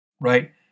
right